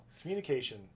Communication